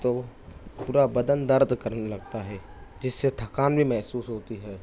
تو پورا بدن درد کرنے لگتا ہے جس سے تھکان بھی محسوس ہوتی ہے